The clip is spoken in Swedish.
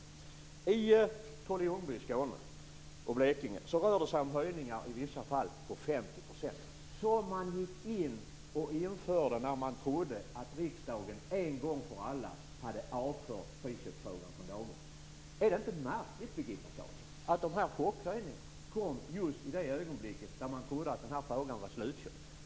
I Trolle-Ljungby i Skåne och Blekinge rör det sig om höjningar på i vissa fall 50 %, som man införde när man trodde att riksdagen en gång för alla hade avfört friköpsfrågan från dagordningen. Är det inte märkligt, Birgitta Carlsson, att de här chockhöjningarna kom just i det ögonblicket när man trodde att frågan var slutkörd?